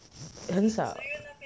很少